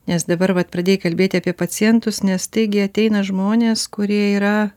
nes dabar vat pradėjai kalbėti apie pacientus nes staigiai ateina žmonės kurie yra